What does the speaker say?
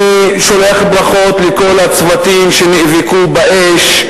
אני שולח ברכות לכל הצוותים שנאבקו באש.